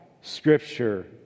Scripture